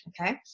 Okay